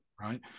Right